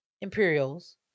Imperials